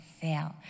fail